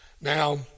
Now